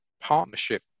partnership